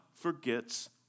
Forgets